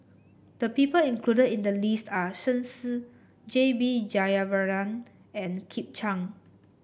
the people included in the list are Shen Xi J B Jeyaretnam and Kit Chan